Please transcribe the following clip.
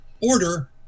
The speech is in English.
order